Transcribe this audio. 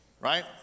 right